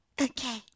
Okay